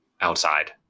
outside